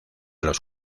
los